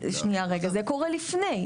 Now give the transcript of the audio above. שנייה רגע, זה קורה לפני.